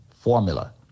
formula